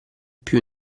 più